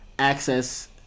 access